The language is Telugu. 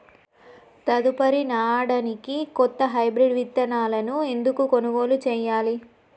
తదుపరి నాడనికి కొత్త హైబ్రిడ్ విత్తనాలను ఎందుకు కొనుగోలు చెయ్యాలి?